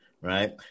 right